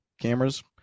cameras